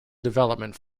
development